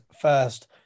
first